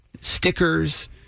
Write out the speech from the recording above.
stickers